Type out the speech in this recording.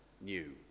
new